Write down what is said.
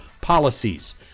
policies